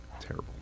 terrible